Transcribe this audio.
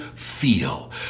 Feel